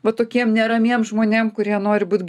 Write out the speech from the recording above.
va tokiem neramiem žmonėm kurie nori būt